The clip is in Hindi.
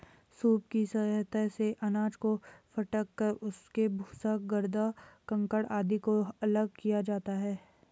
सूप की सहायता से अनाज को फटक कर उसके भूसा, गर्दा, कंकड़ आदि को अलग किया जाता है